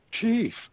Chief